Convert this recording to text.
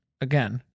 again